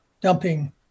dumping